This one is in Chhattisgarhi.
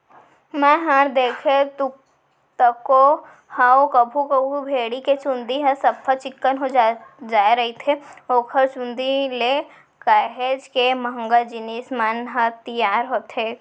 मैंहर देखें तको हंव कभू कभू भेड़ी के चंूदी ह सफ्फा चिक्कन हो जाय रहिथे ओखर चुंदी ले काहेच के महंगा जिनिस मन ह तियार होथे